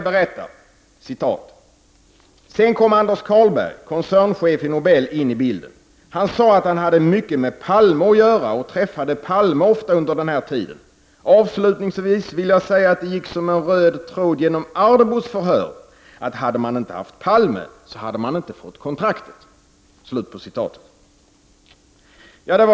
”Sedan kom Anders Carlberg, koncernchef i Nobel, in i bilden. Han sade att han hade mycket med Palme att göra och träffade Palme ofta under den här tiden. Avslutningsvis vill jag säga att det gick som en röd tråd genom Ardbos förhör att hade man inte haft Palme så hade man inte fått kontraktet”.